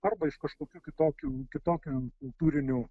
arba iš kažkokių kitokių kitokių kultūrinių